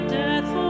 death